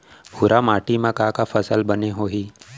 भूरा माटी मा का का फसल बने होही?